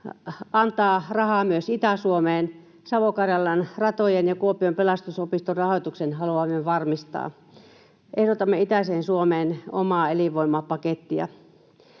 antaa rahaa myös Itä-Suomeen. Savo—Karjalan ratojen ja Kuopion pelastusopiston rahoituksen haluamme varmistaa. Ehdotamme itäiseen Suomeen omaa elinvoimapakettia.